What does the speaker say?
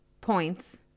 points